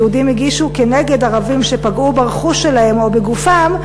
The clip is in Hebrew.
של יהודים הגישו כנגד ערבים שפגעו ברכוש שלהם או בגופם,